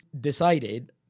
decided